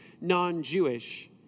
non-Jewish